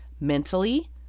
mentally